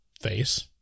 face